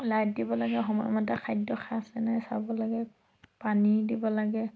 light দিব লাগে সময়মতে খাদ্য খাইছেনে চাব লাগে পানী দিব লাগে